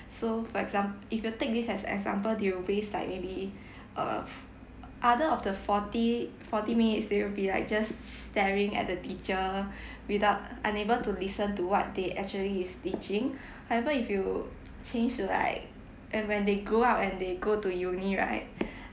so for exam~ if you take this as example they will waste like maybe uh f~ other of the forty forty minutes they will be like just staring at the teacher without unable to listen to what they actually is teaching however if you change to like and when they grow up and they go to uni right